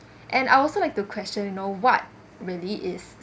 and I also like to question you know what really is